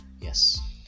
yes